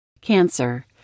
Cancer